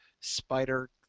spider